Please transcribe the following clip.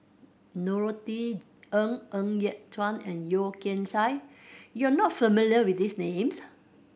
Norothy Ng Ng Yat Chuan and Yeo Kian Chai you are not familiar with these names